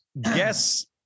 Guess